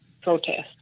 protest